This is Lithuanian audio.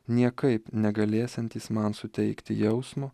niekaip negalėsiantys man suteikti jausmo